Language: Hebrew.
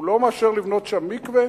הוא לא מאשר לבנות שם מקווה.